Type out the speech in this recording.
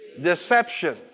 deception